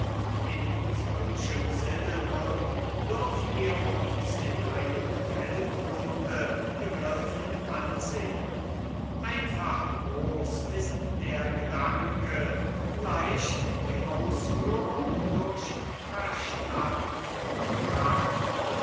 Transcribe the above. in solchem sinne nun dürfen wir uns in einem weltbunde begriffen ansehen einfach groß ist der gedanke leicht die ausführung durch verstand und kraft